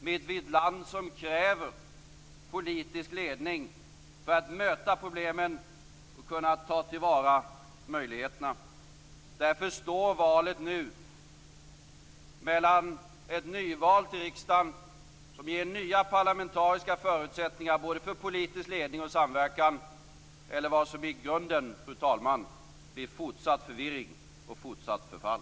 Men vi är ett land som kräver politisk ledning för att möta problemen och för att kunna ta till vara möjligheterna. Därför står valet nu mellan ett nyval till riksdagen, som ger nya parlamentariska förutsättningar både för politisk ledning och samverkan, och vad som i grunden, fru talman, blir fortsatt förvirring och fortsatt förfall.